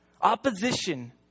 Opposition